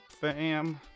fam